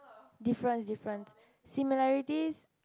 different different similarities